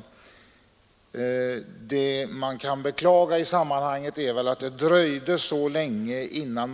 Vad man i det sammanhanget kan beklaga är att det dröjde så länge innan